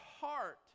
heart